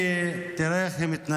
כי תראה איך היא מתנהלת.